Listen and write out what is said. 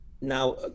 now